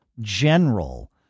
general